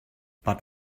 but